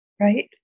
right